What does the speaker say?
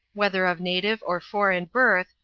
whether of native or foreign birth,